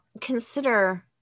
consider